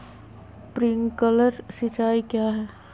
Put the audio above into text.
Sprinkler सिंचाई क्या है?